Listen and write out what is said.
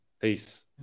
Peace